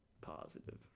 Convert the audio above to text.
positive